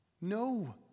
No